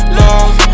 love